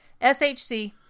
SHC